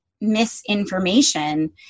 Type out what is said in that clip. misinformation